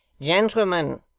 Gentlemen